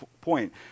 point